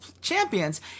champions